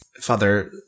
Father